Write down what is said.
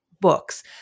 books